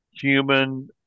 human